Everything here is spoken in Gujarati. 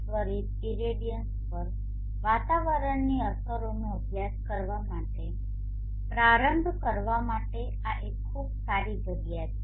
ત્વરિત ઇરેડિયેશન પર વાતાવરણની અસરોનો અભ્યાસ કરવા માટે પ્રારંભ કરવા માટે આ એક ખૂબ સારી જગ્યા છે